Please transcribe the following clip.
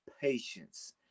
patience